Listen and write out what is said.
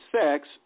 sex